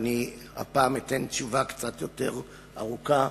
והפעם אתן תשובה קצת יותר ארוכה,